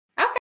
Okay